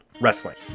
wrestling